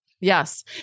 Yes